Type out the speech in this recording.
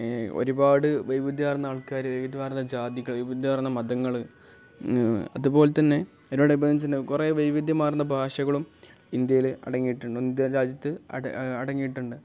ഒരുപാട് വൈവിധ്യമാർന്ന ആൾക്കാർ വൈവിധമാർന്ന ജാതികൾ വൈവിധ്യമാർന്ന മതങ്ങൾ അതുപോലെ തന്നെ അതിനോടനുബന്ധിച്ച് കുറേ വൈവിധ്യമാർന്ന ഭാഷകളും ഇന്ത്യയിൽ അടങ്ങിയിട്ടുണ്ട് ഇന്ത്യ രാജ്യത്ത് അടങ്ങി അടങ്ങിയിട്ടുണ്ട്